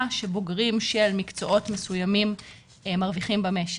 של בוגרים של מקצועות מסוימים מרוויחים במשק.